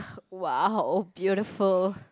!wow! beautiful